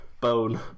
bone